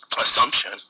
assumption